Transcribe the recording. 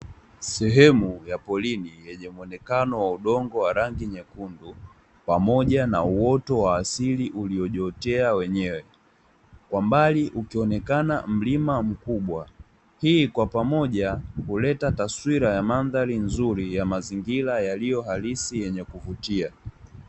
Sehemu ya porini yenye muonekano wa udongo wa rangi nyekundu pamoja na uoto wa asili uliojiotea wenyewe; kwa mbali ukionekana mlima mkubwa. Hii kwa pamoja huleta taswira ya mandhari nzuri ya mazingira yaliyo halisi yenye kuvutia.